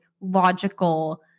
logical